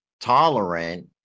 tolerant